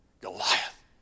Goliath